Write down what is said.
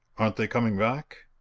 aren't they coming back?